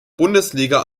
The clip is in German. bundesliga